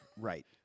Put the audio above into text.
Right